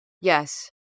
yes